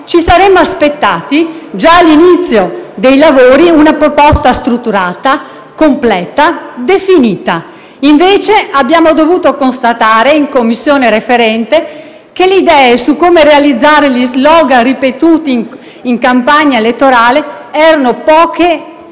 ci saremmo aspettati già dall'inizio dei lavori una proposta strutturata, completa, definita. Invece, abbiamo dovuto constatare, in Commissione in sede referente, che le idee su come realizzare gli *slogan* ripetuti in campagna elettorale erano poche e